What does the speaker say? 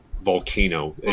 volcano